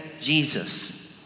Jesus